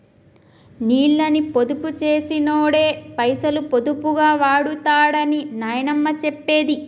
నీళ్ళని పొదుపు చేసినోడే పైసలు పొదుపుగా వాడుతడని నాయనమ్మ చెప్పేది